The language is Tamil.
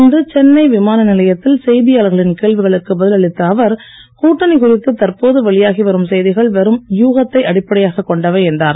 இன்று சென்னை விமானநிலையத்தில் செய்தியாளர்களின் கேள்விகளுக்கு பதில் அளித்த அவர் கூட்டணி குறித்து தற்போது வெளியாகி வரும் செய்திகள் வெறும் ஊகத்தை அடிப்படையாகக் கொண்டவை என்றார்